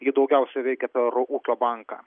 ji daugiausia veikė per ūkio banką